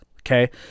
Okay